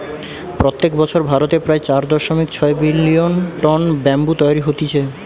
প্রত্যেক বছর ভারতে প্রায় চার দশমিক ছয় মিলিয়ন টন ব্যাম্বু তৈরী হতিছে